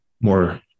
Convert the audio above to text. more